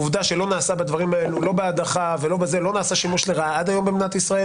העובדה שלא נעשה עד היום בדברים האלה שימוש לרעה במדינת ישראל